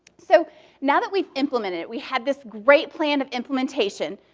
so now that we've implemented it, we had this great plan of implementation,